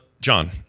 John